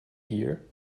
hear